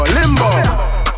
Limbo